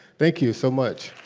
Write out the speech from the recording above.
thank you so much.